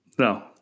no